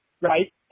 right